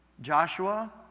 Joshua